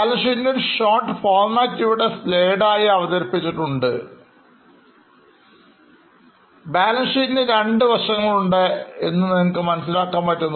ബാലൻസ്ഷീറ്റ്ൻറെഒരുഷോർട്ട് ഫോർമാറ്റ്അവതരിപ്പിച്ചിരിക്കുന്നു